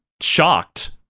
shocked